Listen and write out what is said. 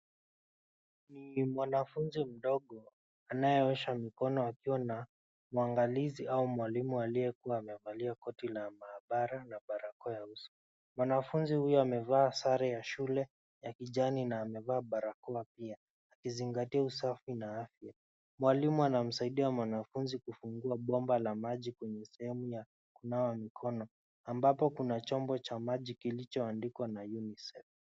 Ni mwanafunzi mdogo anayeosha mikono akiwa na mwangalizi au mwalimu aliyekuwa amevalia koti la maabara na barakoa ya uso. Mwanafunzi huyo amevaa sare ya shule ya kijani na amevaa barakoa pia akizingatia usafi na afya. Mwalimu anamsaidia mwanafunzi kufungua bomba la maji kwenye sehemu ya kunawa mikono ambapo kuna chombo cha maji kilichoandikwa na UNICEF.